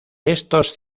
estos